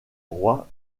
roi